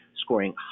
scoring